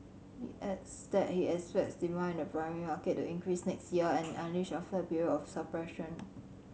he adds that he expects demand in the primary market to increase next year an unleashed after a period of suppression